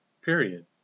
period